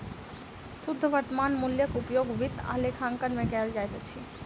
शुद्ध वर्त्तमान मूल्यक उपयोग वित्त आ लेखांकन में कयल जाइत अछि